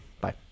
bye